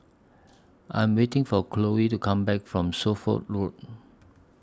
I Am waiting For Chloe to Come Back from Suffolk Road